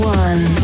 one